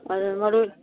ꯑꯗ ꯃꯔꯣꯏ